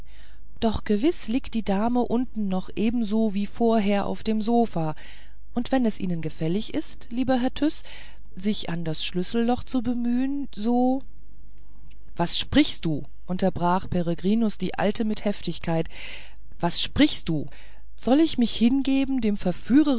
doch gewiß liegt die dame unten noch ebenso wie vorher auf dem sofa und wenn es ihnen gefällig ist lieber herr tyß sich an das schlüsselloch zu bemühen so was sprichst du unterbrach peregrinus die alte mit heftigkeit was sprichst du soll ich mich hingeben dem